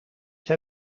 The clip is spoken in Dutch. jij